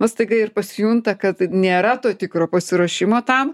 va staiga ir pasijunta kad nėra to tikro pasiruošimo tam